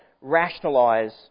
rationalise